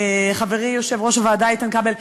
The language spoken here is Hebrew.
חברי יושב-ראש הוועדה איתן כבל,